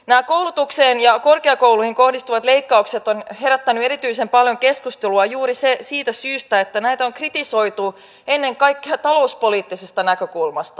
nämä koulutukseen ja korkeakouluihin kohdistuvat leikkaukset ovat herättäneet erityisen paljon keskustelua juuri siitä syystä että näitä on kritisoitu ennen kaikkea talouspoliittisesta näkökulmasta